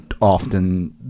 often